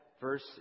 Verse